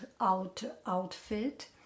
outfit